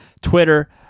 Twitter